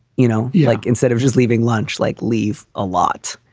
you know, you like instead of just leaving lunch, like leave a lot,